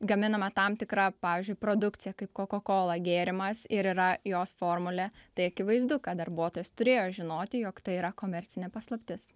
gaminama tam tikra pavyzdžiui produkcija kaip coca cola gėrimas ir yra jos formulė tai akivaizdu kad darbuotojas turėjo žinoti jog tai yra komercinė paslaptis